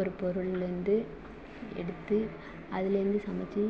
ஒரு பொருள்லருந்து எடுத்து அதுலருந்து சமைச்சி